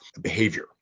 behavior